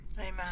Amen